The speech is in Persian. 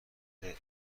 ابراز